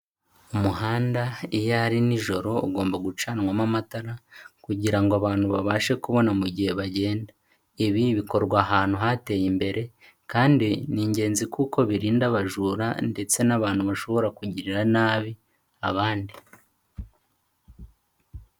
Umuhanda iyo ari nijoro ugomba gucanwamo amatara, kugira ngo abantu babashe kubona mu gihe bagenda. Ibi bikorwa ahantu hateye imbere kandi ni ingenzi kuko birinda abajura ndetse n'abantu bashobora kugirira nabi abandi.